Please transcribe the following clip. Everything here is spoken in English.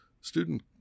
student